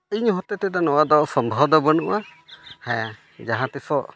ᱤᱧ ᱦᱚᱛᱮ ᱛᱮᱫᱚ ᱱᱚᱣᱟ ᱫᱚ ᱥᱚᱢᱵᱷᱚᱵᱽ ᱫᱚ ᱵᱟᱹᱱᱩᱜᱼᱟ ᱦᱮᱸ ᱡᱟᱦᱟᱸ ᱛᱤᱥᱚᱜ